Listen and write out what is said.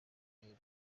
muhire